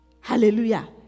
Hallelujah